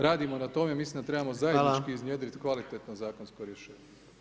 Radimo na tome mislim da trebamo zajednički [[Upadica: Hvala.]] iznjedrit kvalitetno zakonsko rješenje.